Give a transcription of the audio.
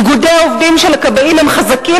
איגודי העובדים של הכבאים הם חזקים,